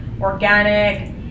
organic